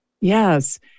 Yes